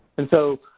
and so,